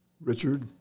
Richard